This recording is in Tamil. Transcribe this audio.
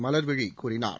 மலர்விழி கூறினார்